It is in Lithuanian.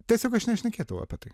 tiesiog aš nešnekėdavau apie tai